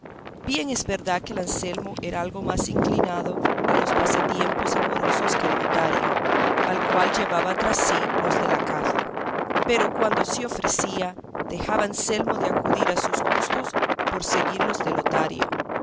bien es verdad que el anselmo era algo más inclinado a los pasatiempos amorosos que el lotario al cual llevaban tras sí los de la caza pero cuando se ofrecía dejaba anselmo de acudir a sus gustos por seguir los de lotario